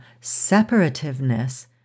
separativeness